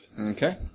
Okay